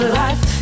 life